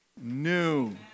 new